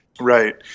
Right